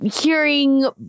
hearing